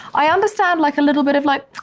i understand like a little bit of like,